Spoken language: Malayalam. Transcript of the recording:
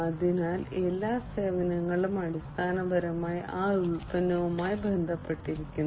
അതിനാൽ എല്ലാ സേവനങ്ങളും അടിസ്ഥാനപരമായി ആ ഉൽപ്പന്നവുമായി ബന്ധപ്പെട്ടിരിക്കുന്നു